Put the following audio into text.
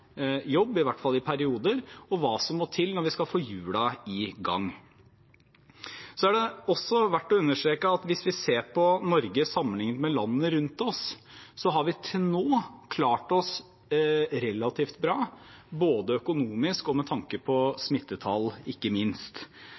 jobb, i hvert fall i perioder, og hva som må til når vi skal få hjulene i gang. Det er også verdt å understreke at hvis vi ser på Norge sammenliknet med landene rundt oss, har vi til nå klart oss relativt bra, både økonomisk og ikke minst med tanke på smittetall.